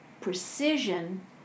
precision